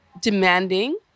demanding